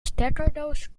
stekkerdoos